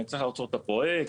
אני צריך להוצאות הפרויקט,